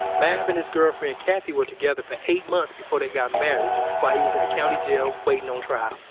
mav and his girlfriend cathy were together for eight months before they got married while he was in the county jail waiting on trial